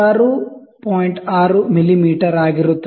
6 millimetre ಆಗಿರುತ್ತದೆ